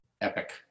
Epic